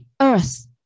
earth